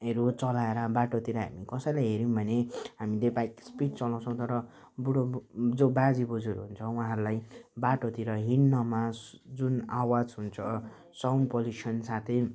हरू चलाएर बाटोतिर हामी कसैलाई हेरौँ भने हामीले बाइक स्पिड चलाउँछौँ तर बुढो जो बाजेबोजूहरू हुन्छ उहाँहरूलाई बाटोतिर हिँड्नमा जुन आवाज हुन्छ साउन्ड पोल्युसन साथै